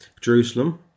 Jerusalem